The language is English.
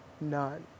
none